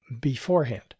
beforehand